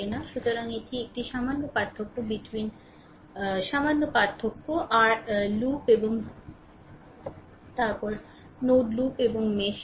সুতরাং এটি একটি সামান্য পার্থক্য লুপ এবং তারপর নোড লুপ এবং মেশ আছে